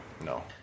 No